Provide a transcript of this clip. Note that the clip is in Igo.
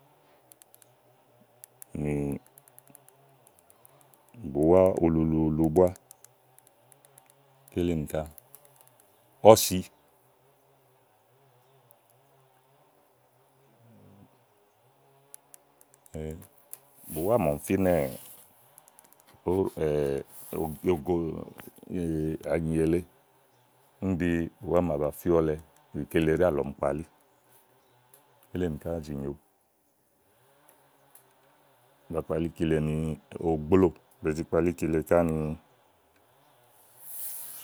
bùwá ululuulu búá ɔ̀si bùwá màa ɔmi fínɛ ènìèle búniɖi bùwá màa ba fíɔlɛ kele ɖíalɔ̀ɔ ɔmi kpalí, kílinì ká zì nyo ba kpali kile nì ogblóò, be zi kpalí kile ká ni.